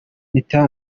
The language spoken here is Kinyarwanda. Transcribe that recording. mpita